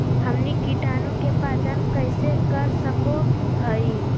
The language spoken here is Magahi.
हमनी कीटाणु के पहचान कइसे कर सको हीयइ?